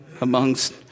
amongst